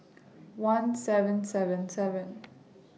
one seven seven seven